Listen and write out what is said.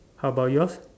how bout yours